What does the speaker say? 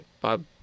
Bob